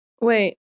Wait